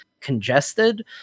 congested